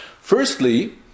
Firstly